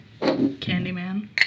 Candyman